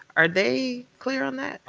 are they clear on that?